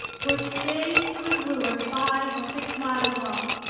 which stayed to his leeward five or six miles off.